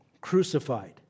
crucified